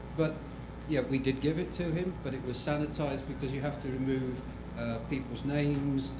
but yeah we did give it to him, but it was sanitized because you have to remove people's names,